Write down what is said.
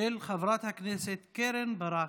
של חברת הכנסת קרן ברק.